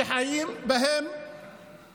שחיים בהם